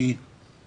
אתה